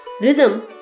Rhythm